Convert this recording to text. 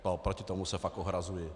Proti tomu se fakt ohrazuji.